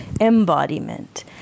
embodiment